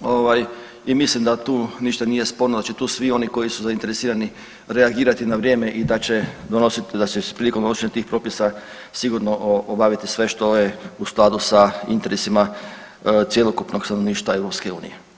ovaj i mislim da tu ništa nije sporno, da će tu svi oni koji su zainteresirani reagirati na vrijeme i da će donosit, da će prilikom donošenja tih propisa sigurno obaviti sve što je u skladu sa interesima cjelokupnog stanovništva EU.